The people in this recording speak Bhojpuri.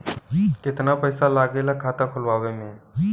कितना पैसा लागेला खाता खोलवावे में?